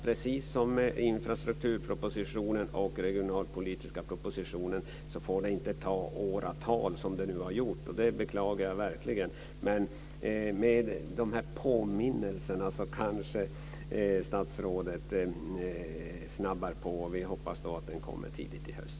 Precis som i fråga om infrastrukturpropositionen och den regionalpolitiska propositionen får det inte ta åratal, som det nu har gjort. Det beklagar jag verkligen. Men med de här påminnelserna kanske statsrådet skyndar på. Vi hoppas nu att det här kommer tidigt i höst.